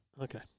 Okay